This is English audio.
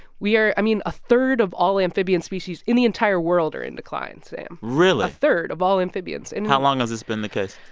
we're i mean a third of all amphibian species in the entire world are in decline, sam really? a third of all amphibians and. how long has this been the case?